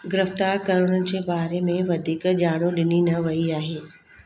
गिरफ़्तारु करण जे बारे में वधीक जा॒ण डि॒नी न वई आहे